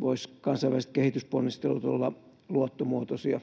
voisivat kansainväliset kehitysponnistelut olla luottomuotoisia,